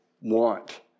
want